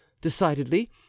decidedly